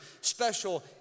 special